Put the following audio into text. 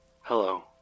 Hello